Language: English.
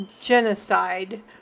Genocide